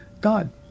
God